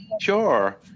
sure